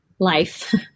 Life